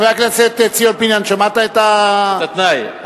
חבר הכנסת ציון פיניאן, שמעת את, התנאי?